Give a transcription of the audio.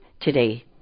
today